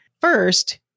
First